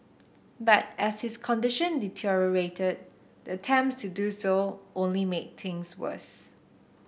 but as his condition deteriorated the attempts to do so only made things worse